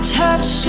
touch